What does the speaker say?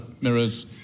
mirrors